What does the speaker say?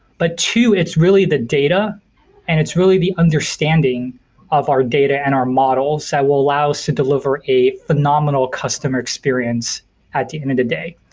but two, it's really the data and it's really the understanding of our data and our models that will allow us to deliver a phenomenal customer experience at the end of the day.